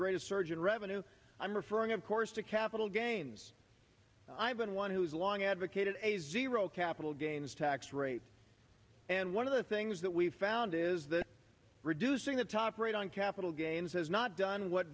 greatest surge in revenue i'm referring of course to capital gains i've been one who's long advocated a zero capital gains tax rate and one of the things that we've found is that reducing the top rate on capital gains has not done what